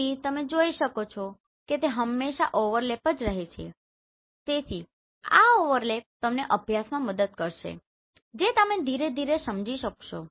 તેથી તમે જોઈ શકો છો કે તે હંમેશાં ઓવરલેપ રહે છે તેથી આ ઓવરલેપ તમને અભ્યાસમાં મદદ કરશે જે તમે ધીરે ધીરે સમજી શકશો